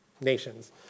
nations